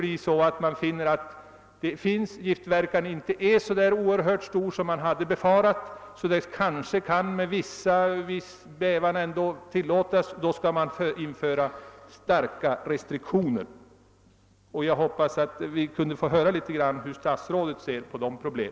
Om man sålunda finner att giftverkan inte är så oerhört stor som man hade befarat och medlet alltså med en viss tvekan kan tillåtas, bör man införa starka restriktioner. Det skulle vara intressant att få höra hur statsrådet ser på dessa problem.